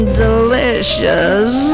delicious